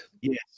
Yes